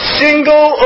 single